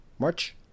March